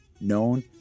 known